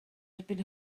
erbyn